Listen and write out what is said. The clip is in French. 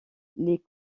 les